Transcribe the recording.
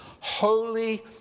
holy